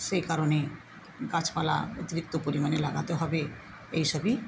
সেই কারণে গাছপালা অতিরিক্ত পরিমাণে লাগাতে হবে এই সবই